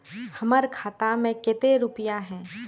हमर खाता में केते रुपया है?